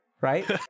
right